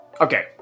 Okay